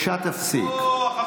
מספיק.